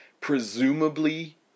presumably